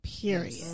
period